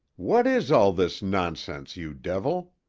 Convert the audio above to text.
what is all this nonsense, you devil?